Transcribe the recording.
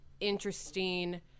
interesting